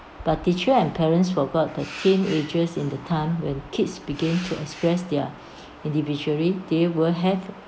but teacher and parents forgot that teenagers in the time when kids begin to express their individuality they will have